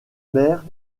mères